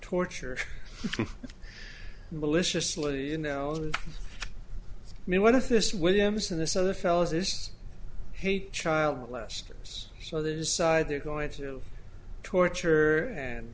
torture maliciously you know i mean what if this williams and this other fellow says he child molesters so they decide they're going to torture and